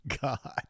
God